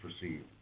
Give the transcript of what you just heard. perceived